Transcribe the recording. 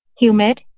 humid